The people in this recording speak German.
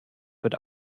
wird